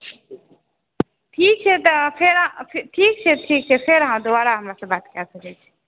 ठीक छै तऽ फेर ठीक छै ठीक छै फेर अहाँ दुबारा हमरासँ बात कय सकै छी